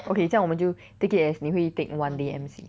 okay 这样我们就 take it as 你会 take one day M_C